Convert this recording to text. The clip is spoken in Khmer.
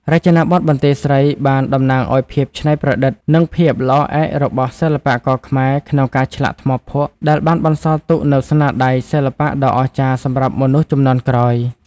រចនាបថបន្ទាយស្រីបានតំណាងឱ្យភាពច្នៃប្រឌិត និងភាពល្អឯករបស់សិល្បករខ្មែរក្នុងការឆ្លាក់ថ្មភក់ ដែលបានបន្សល់ទុកនូវស្នាដៃសិល្បៈដ៏អស្ចារ្យសម្រាប់មនុស្សជំនាន់ក្រោយ។